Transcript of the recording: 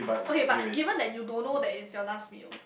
okay but given that you don't know that is your last meal